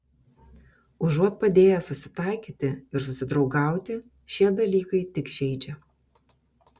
užuot padėję susitaikyti ir susidraugauti šie dalykai tik žeidžia